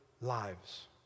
lives